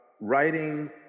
writing